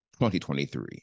2023